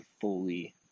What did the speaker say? fully